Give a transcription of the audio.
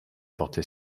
porté